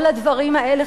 כל הדברים האלה,